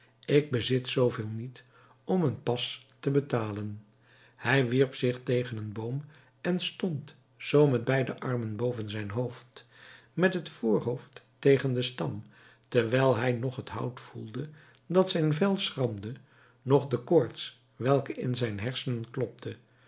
ik bezit zoo veel niet om een pas te betalen hij wierp zich tegen een boom en stond zoo met beide armen boven zijn hoofd met het voorhoofd tegen den stam terwijl hij noch het hout voelde dat zijn vel schramde noch de koorts welke in zijn hersenen klopte